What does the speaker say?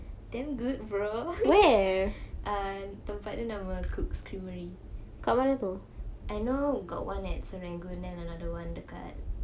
damn good bro uh tempat tu nama kooks creamery I know got one at serangoon and then got one dekat